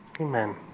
Amen